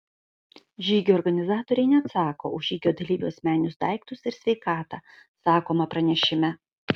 žygio organizatoriai neatsako už žygio dalyvių asmeninius daiktus ir sveikatą sakoma pranešime